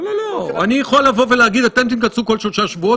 אני חושב שלא נכון לעשות את החיבור